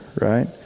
right